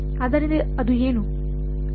ಆದ್ದರಿಂದ ಅದು ಏನು